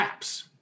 apps